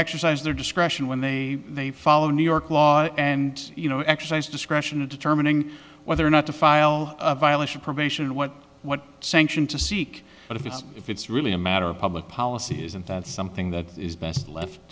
exercise their discretion when they they follow new york law and you know exercise discretion in determining whether or not to file a violation probation and what what sanction to seek but if it's if it's really a matter of public policy isn't that something that is best left